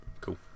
Cool